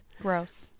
gross